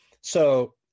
So-